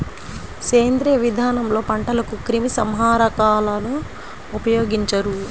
సేంద్రీయ విధానంలో పంటలకు క్రిమి సంహారకాలను ఉపయోగించరు